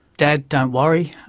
dad, don't worry,